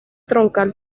troncal